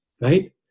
Right